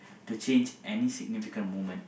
to change any significant moment